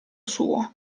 suo